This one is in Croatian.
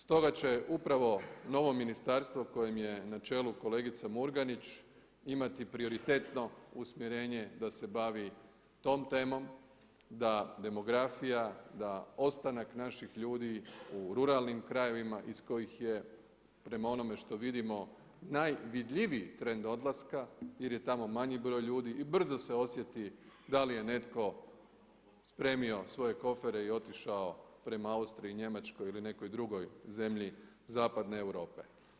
Stoga će upravo novo ministarstvo kojem je na čelu kolegica Murganić imati prioritetno usmjerenje da se bavi tom temom, da demografija, da ostanak naših ljudi u ruralnim krajevima iz kojih je prema onome što vidimo, najvidljiviji trend odlaska jer je tamo mali broj ljudi i brzo se osjeti da li je netko spremio svoje kofere i otišao prema Austriji, Njemačkoj ili nekoj drugoj zemlji Zapadne Europe.